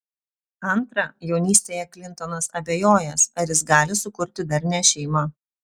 antra jaunystėje klintonas abejojęs ar jis gali sukurti darnią šeimą